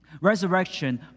Resurrection